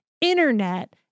internet